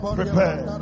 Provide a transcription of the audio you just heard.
prepare